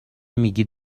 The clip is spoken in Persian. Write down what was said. میگید